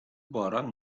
باران